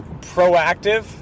proactive